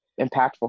impactful